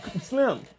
slim